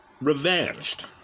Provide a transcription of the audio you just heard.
revenged